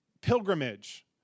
pilgrimage